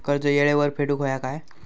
कर्ज येळेवर फेडूक होया काय?